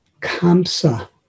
Kamsa